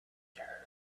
terrified